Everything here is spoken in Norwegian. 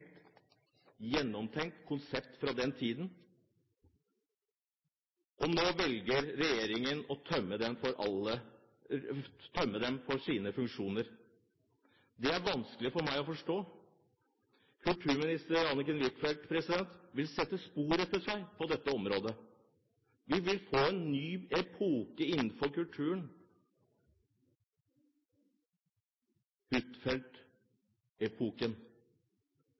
bruk, ut fra gjennomtenkte konsepter for sin tid. Nå velger regjeringen å tømme dem for deres funksjoner. Det er vanskelig for meg å forstå. Kulturminister Anniken Huitfeldt vil sette spor etter seg på dette området. Vi vil få en ny epoke innenfor